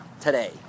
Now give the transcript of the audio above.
Today